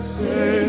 say